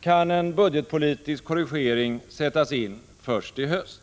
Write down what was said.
kan en budgetpolitisk korrigering sättas in först i höst.